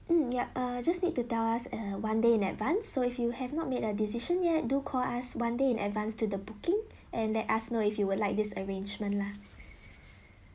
mm ya uh just need to tell us uh one day in advance so if you have not made a decision yet do call us one day in advance to the booking and let us know if you would like this arrangement lah